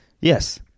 yes